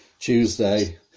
Tuesday